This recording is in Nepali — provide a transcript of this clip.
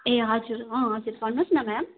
ए हजुर हजुर भन्नुहोस् न म्याम